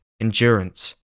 endurance